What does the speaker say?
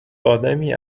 آدمی